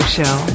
Show